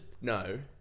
no